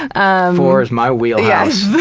um four is my wheelhouse.